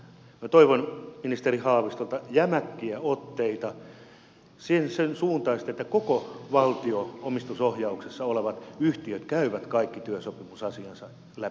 minä toivon ministeri haavistolta jämäkkiä otteita sen suuntaisesti että kaikki valtion omistusohjauksessa olevat yhtiöt käyvät kaikki työsopimusasiansa läpi